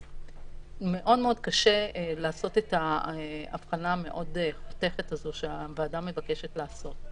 אז מאוד מאוד קשה לעשות את האבחנה המאוד-חותכת הזו שהוועדה מבקשת לעשות.